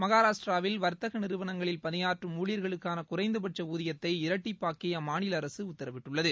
மகாராஷ்டிராவில் வர்த்தக நிறுவனங்களில் பணியாற்றும் ஊழியர்களுக்கான குறைந்தபட்ச ஊதியத்ததை இரட்டிப்பாக்கி அம்மாநில அரசு உத்தரவிட்டுள்ளது